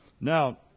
Now